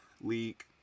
Leak